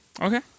Okay